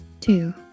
Two